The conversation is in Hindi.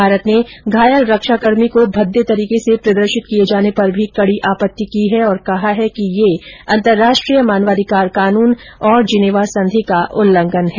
भारत ने घायल रक्षा कर्मी को भद्दे तरीके से प्रदर्शित किए जाने पर भी कड़ी आपत्ति की है और कहा है कि यह अंतर्राष्ट्रीय मानवाधिकार कानून तथा जिनेवा संधि का उल्लंघन है